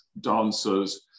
dancers